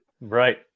Right